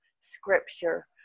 scripture